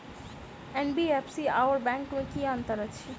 NBFC आओर bank मे की अंतर अछि?